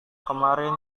kemarin